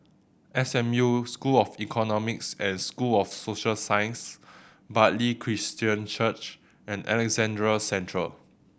S M U School of Economics and School of Social Sciences Bartley Christian Church and Alexandra Central